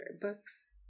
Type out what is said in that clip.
books